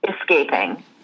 escaping